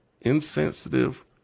insensitive